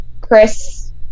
Chris